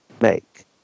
make